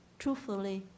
truthfully